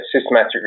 systematic